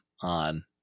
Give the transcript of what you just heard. on